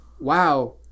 wow